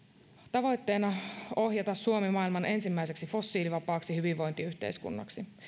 tavoitteena on ohjata suomi maailman ensimmäiseksi fossiilivapaaksi hyvinvointiyhteiskunnaksi